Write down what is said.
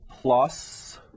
plus